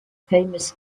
famous